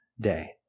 day